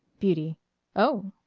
beauty oh!